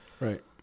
Right